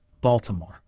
Baltimore